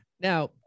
Now